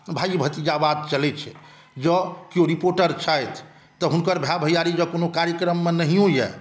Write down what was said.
भाइ भतीजावाद चलै छै जँ केओ रिपोर्टर छथि तऽ हुनकर भाइ भैयारी जँ कोनो कार्यक्रममे नहियो यऽ